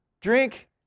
Drink